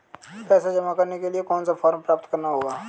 पैसा जमा करने के लिए कौन सा फॉर्म प्राप्त करना होगा?